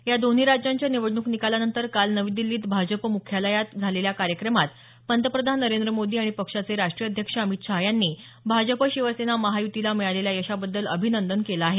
या दोन्ही राज्यांच्या निवडणूक निकालानंतर काल नवी दिल्लीत भाजप मुख्यालयात काल झालेल्या कार्यक्रमात पंतप्रधान नरेंद्र मोदी आणि पक्षाचे राष्ट्रीय अध्यक्ष अमित शहा यांनी भाजप शिवसेना महायुतीला मिळालेल्या यशाबद्दल अभिनंदन केलं आहे